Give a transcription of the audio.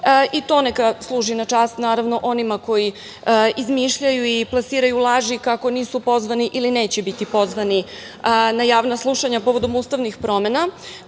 i to neka služi na čast onima koji izmišljaju i plasiraju laži kako nisu pozvani ili neće biti pozvani na javna slušanja povodom ustavnih promena. Takođe,